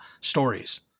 stories